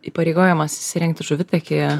įpareigojimasis įrengti žuvitakį